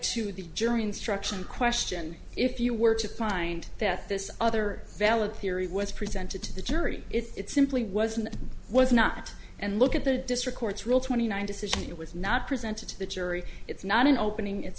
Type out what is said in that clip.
to the jury instruction question if you were to find that this other valid theory was presented to the jury it simply wasn't it was not and look at the district courts rule twenty nine decision it was not presented to the jury it's not an opening it's